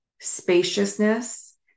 spaciousness